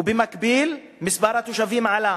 ובמקביל מספר התושבים גדל,